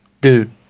dude